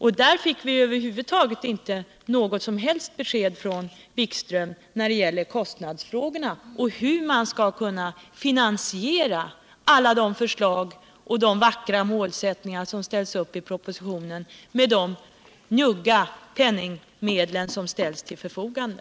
Vi fick över huvud taget inte något som helst besked från Jan-Erik Wikström när det gäller kostnadsfrågorna och hur man skall kunna finansiera alla de förslag och de vackra målsättningar som ställs upp i propositionen med de njugga penningmedel som ställs till förfogande.